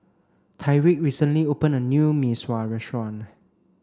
Tyrique recently opened a new Mee Sua restaurant